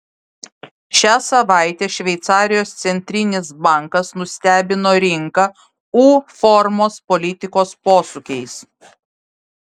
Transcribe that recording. šią savaitę šveicarijos centrinis bankas nustebino rinką u formos politikos posūkiais